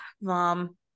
Mom